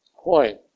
point